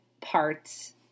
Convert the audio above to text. parts